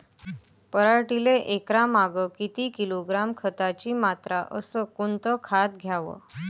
पराटीले एकरामागं किती किलोग्रॅम खताची मात्रा अस कोतं खात द्याव?